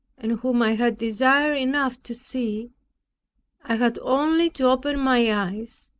and whom i had desire enough to see i had only to open my eyes,